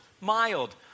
mild